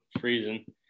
freezing